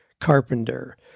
carpenter